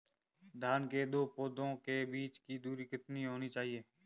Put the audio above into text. धान के दो पौधों के बीच की दूरी कितनी होनी चाहिए?